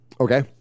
Okay